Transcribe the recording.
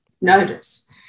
notice